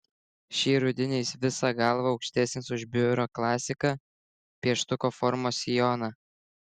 šį rudenį jis visa galva aukštesnis už biuro klasiką pieštuko formos sijoną